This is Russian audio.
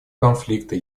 конфликта